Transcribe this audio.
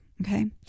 Okay